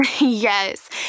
Yes